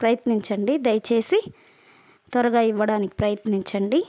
ప్రయత్నించండి దయచేసి త్వరగా ఇవ్వడానికి ప్రయత్నించండి